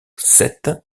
sept